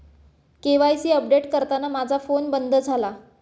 KYC update करताना माझा phone बंद झाला